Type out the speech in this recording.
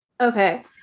Okay